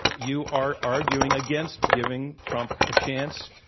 you are arguing against giving trump a chance,